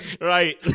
Right